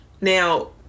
now